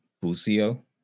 Busio